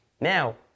Now